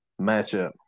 matchup